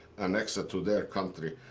annex it to their country.